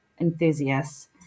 enthusiasts